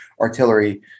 artillery